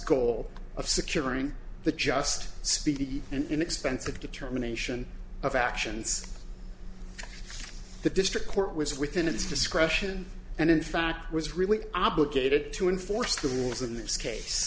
goal of securing the just speedy and inexpensive determination of actions the district court was within its discretion and in fact was really obligated to enforce the rules in this case